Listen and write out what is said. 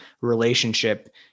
relationship